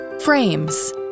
Frames